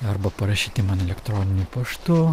arba parašyti man elektroniniu paštu